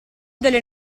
delle